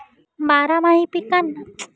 बारामाही पिकांना कीड लागल्यामुळे खुप नुकसान होते